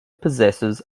possesses